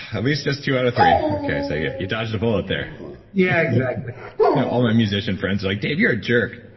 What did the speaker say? at least just two out of three. so yeah, you dodged a bullet there yeah, exactly yeah all my musician friends are like, dave you're a jerk